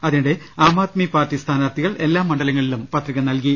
അതിനിടെ ആം ആദ്മി പാർട്ടി സ്ഥാനാർത്ഥികൾ എല്ലാ മണ്ഡലങ്ങളിലും പത്രിക നൽകി